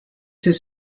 has